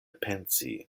pensi